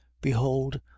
Behold